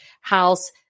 house